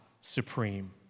supreme